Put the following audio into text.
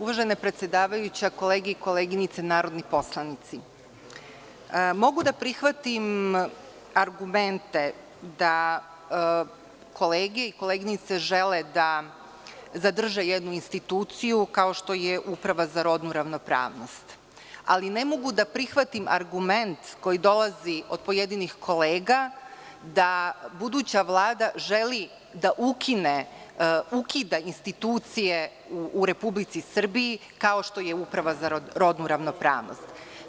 Uvažena predsedavajuća, kolege i koleginice narodni poslanici, mogu da prihvatim argumente da kolege i koleginice žele da zadrže jednu instituciju kao što je Uprava za rodnu ravnopravnost, ali ne mogu da prihvatim argument koji dolazi od pojedinih kolega da buduća Vlada želi da ukida institucije u Republici Srbiji, kao što je Uprava za rodnu ravnopravnost.